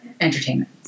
entertainment